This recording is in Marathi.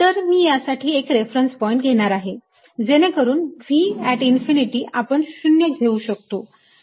तर मी यासाठी एक रेफरन्स पॉईंट घेणार आहे जेणेकरून V इन्फिनिटी आपण 0 घेऊ शकतो